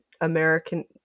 American